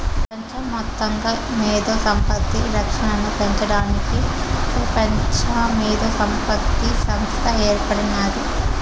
పెపంచ మొత్తంగా మేధో సంపత్తి రక్షనను పెంచడానికి పెపంచ మేధోసంపత్తి సంస్త ఏర్పడినాది